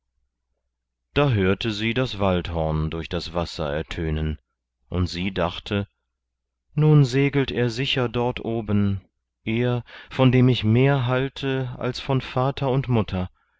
da hörte sie das waldhorn durch das wasser ertönen und sie dachte nun segelt er sicher dort oben er von dem ich mehr halte als von vater und mutter